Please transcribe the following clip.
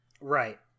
Right